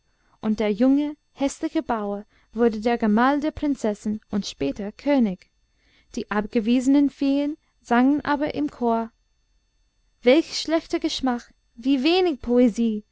und der junge häßliche bauer wurde der gemahl der prinzessin und später könig die abgewiesenen feen sangen aber im chor welch schlechter geschmack wie wenig poesie